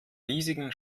riesigen